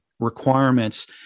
requirements